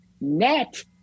net